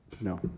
No